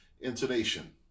intonation